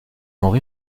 nuovo